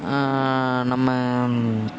நம்ம